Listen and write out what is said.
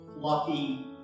fluffy